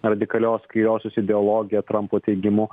radikalios kairiosios ideologija trampo teigimu